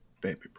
Baby